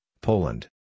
Poland